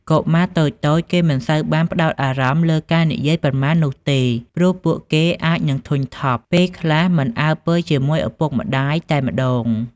កុមារតូចៗគេមិនសូវបានផ្តោតអារម្មណ៍លើការនិយាយប៉ុន្មាននោះទេ ព្រោះពួកគេអាចនិងធុញថប់ ពេលខ្លះមិនអើពើជាមួយឪពុកម្តាយតែម្តង។